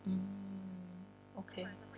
mm okay